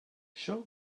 shall